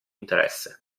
interesse